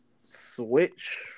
Switch